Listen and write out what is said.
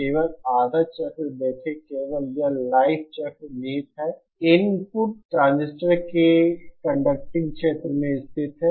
केवल आधा चक्र देखें केवल यह लाइफ चक्र निहित है इनपुट ट्रांजिस्टर के कंडक्टिंग क्षेत्र में स्थित है